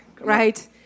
right